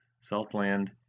Southland